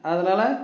அதனால்